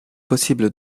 possible